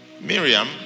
Miriam